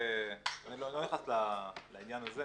אני לא נכנס לעניין הזה.